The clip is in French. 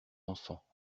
enfants